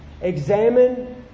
Examine